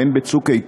והן ב"צוק איתן",